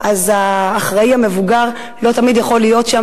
אז האחראי המבוגר לא תמיד יכול להיות שם